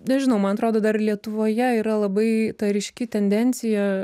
nežinau man atrodo dar lietuvoje yra labai ryški tendencija